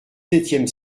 septième